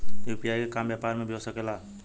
UPI के काम व्यापार में भी हो सके ला?